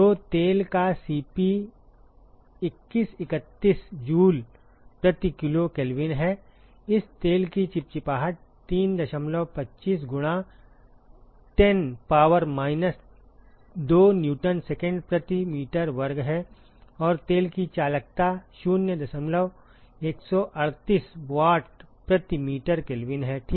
तो तेल का Cp 2131 जूल प्रति किलो केल्विन है इस तेल की चिपचिपाहट 325 गुणा 10 पावर माइनस 2 न्यूटन सेकेंड प्रति मीटर वर्ग है और तेल की चालकता 0138 वाट प्रति मीटर केल्विन है ठीक